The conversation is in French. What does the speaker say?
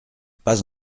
pas